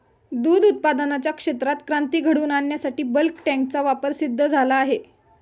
दूध उत्पादनाच्या क्षेत्रात क्रांती घडवून आणण्यासाठी बल्क टँकचा वापर सिद्ध झाला आहे